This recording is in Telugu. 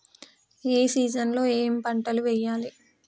ఏ సీజన్ లో ఏం పంటలు వెయ్యాలి?